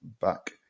back